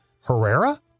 Herrera